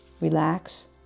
Relax